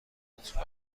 لطفا